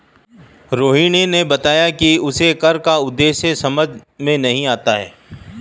रोहिणी ने बताया कि उसे कर का उद्देश्य समझ में नहीं आता है